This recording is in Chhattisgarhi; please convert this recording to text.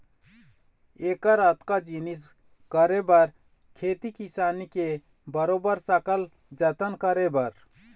ऐकर अतका जिनिस करे बर खेती किसानी के बरोबर सकल जतन करे बर